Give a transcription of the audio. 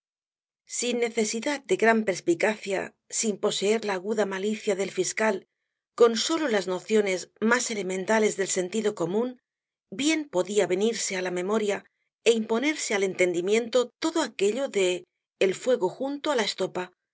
sin necesidad de gran perspicacia sin poseer la aguda malicia del fiscal con sólo las nociones más elementales del sentido común bien podía venirse á la memoria é imponerse al entendimiento todo aquello de el fuego junto á la estopa